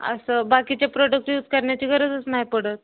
असं बाकीचे product use करण्याची गरजच नाही आहे पडत